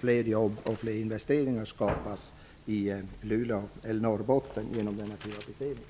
fler jobb och fler investeringar skapas i Norrbotten genom den gjorda privatiseringen.